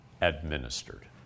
administered